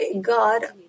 God